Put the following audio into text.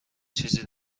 چیزی